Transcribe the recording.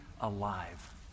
alive